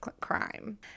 crime